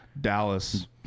Dallas